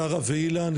שרה ואילן,